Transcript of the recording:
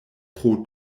pro